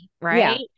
Right